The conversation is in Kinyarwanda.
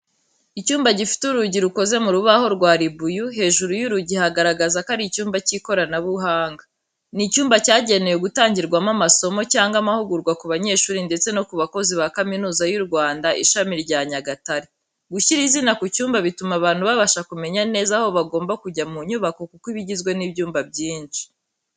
Icyumba gifite urugi rukoze mu rubaho rwa ribuyu, hejuru y'urugi hagaragaza ko ari icyumba cy'ikoranabuhanga. Ni icyumba cyagenewe gutangirwamo amasomo cyangwa amahugurwa ku banyeshuri ndetse no ku bakozi ba kaminuza y'u Rwanda, ishami rya Nyagatare. Gushyira izina ku cyumba bituma abantu babasha kumenya neza aho bagomba kujya mu nyubako kuko iba igizwe n’ibyumba byinshi.